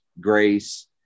grace